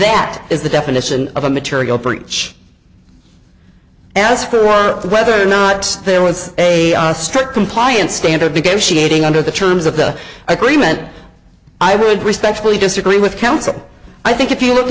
that is the definition of a material breach as for whether or not there was a strict compliance standard because she ating under the terms of the agreement i would respectfully disagree with counsel i think if you look